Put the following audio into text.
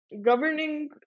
governing